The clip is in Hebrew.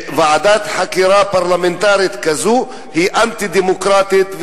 ועדת חקירה פרלמנטרית כזאת היא אנטי-דמוקרטית,